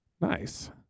Nice